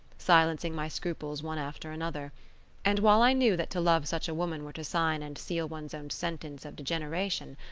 silencing my scruples one after another and while i knew that to love such a woman were to sign and seal one's own sentence of degeneration,